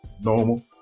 normal